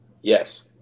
Yes